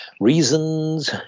reasons